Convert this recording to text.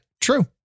true